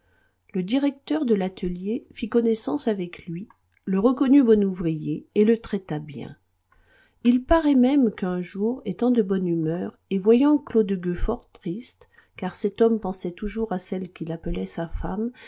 le directeur de l'atelier fit connaissance avec lui le reconnut bon ouvrier et le traita bien il paraît même qu'un jour étant de bonne humeur et voyant claude gueux fort triste car cet homme pensait toujours à celle qu'il appelait sa femme